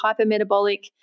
hypermetabolic